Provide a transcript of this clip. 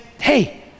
hey